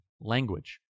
language